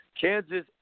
Kansas